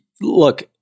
look